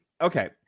Okay